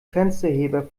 fensterheber